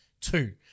two